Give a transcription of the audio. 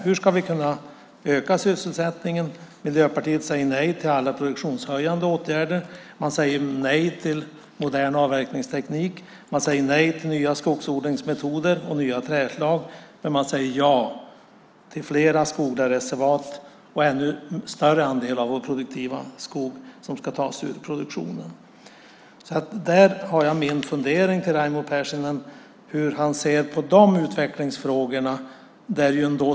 Hur ska vi kunna öka den när Miljöpartiet säger nej till alla produktionshöjande åtgärder? Man säger nej till modern avverkningsteknik. Man säger nej till nya skogsodlingsmetoder och nya träslag, men man säger ja till flera skogsreservat och att en ännu större andel av vår produktiva skog ska tas ur produktion. Jag funderar på hur Raimo Pärssinen ser på sådana utvecklingsfrågor.